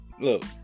look